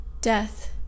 Death